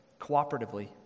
cooperatively